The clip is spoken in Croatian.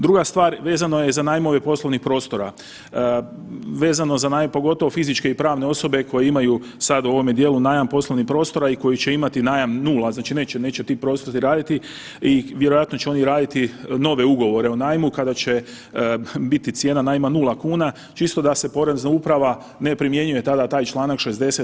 Druga stvar, vezano je za najmove poslovnih prostora, vezano za, pogotovo fizičke i pravne osobe koje imaju sad u ovome dijelu najam poslovnih prostora i koji će imati najam 0, znači neće ti prostori raditi i vjerojatno će oni raditi nove ugovore o najmu kada će biti cijena najma 0 kuna čisto da se porezna uprava ne primjenjuje tada taj članak 60.